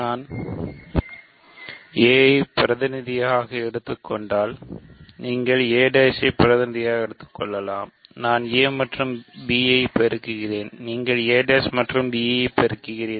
நான் a ஐ பிரதிநிதியாக எடுத்துக் கொண்டால் நீங்கள் ஒரு a' ஐ ஒரு பிரதிநிதியாக எடுத்துக்கொள்ளலாம் நான் a மற்றும் b பெருக்குகிறேன் நீங்கள் a'மற்றும் b பெருக்குகிறீர்கள்